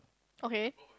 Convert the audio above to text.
okay